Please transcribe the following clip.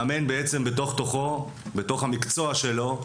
מאמן בעצם בתוך תוכו, בתוך המקצוע שלו,